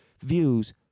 views